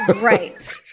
Right